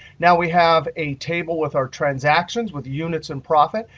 now we have a table with our transactions with units and profit.